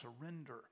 surrender